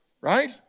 right